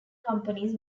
companies